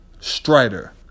Strider